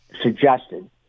suggested